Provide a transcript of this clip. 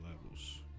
levels